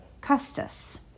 Custis